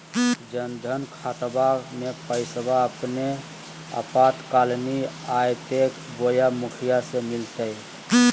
जन धन खाताबा में पैसबा अपने आपातकालीन आयते बोया मुखिया से मिलते?